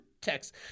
text